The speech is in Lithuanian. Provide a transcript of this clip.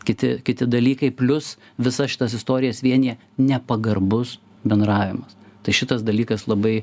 kiti kiti dalykai plius visas šitas istorijas vienija nepagarbus bendravimas tai šitas dalykas labai